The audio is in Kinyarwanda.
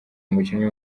umukinnyi